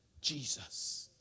Jesus